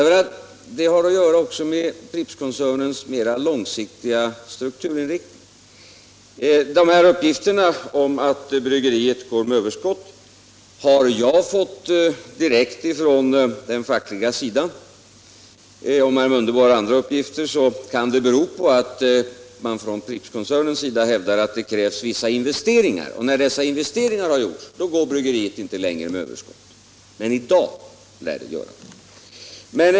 Frågan har också att göra med Prippskoncernens mera långsiktiga strukturinriktning. Uppgifterna om att bryggeriet i Mora går med överskott har jag fått direkt från den fackliga sidan. Om herr Mundebo har andra uppgifter kan det bero på att man från Prippskoncernens sida hävdar att det krävs vissa investeringar, och när de har gjorts går bryggeriet inte längre med överskott. Men i dag lär det göra det.